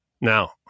Now